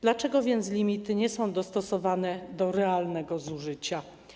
Dlaczego więc limity nie są dostosowane do realnego zużycia?